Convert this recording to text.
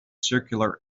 circular